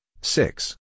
six